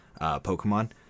Pokemon